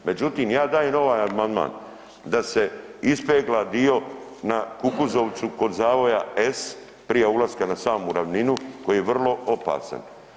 Međutim, ja dajem ovaj amandman da se ispegla dio na Kukuzovcu kod zavoja S prije ulaska na samu ravninu koji je vrlo opasan.